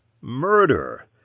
Murder